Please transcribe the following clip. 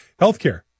healthcare